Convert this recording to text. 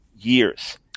years